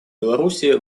беларуси